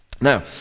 Now